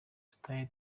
rutare